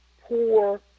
poor